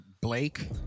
Blake